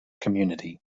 community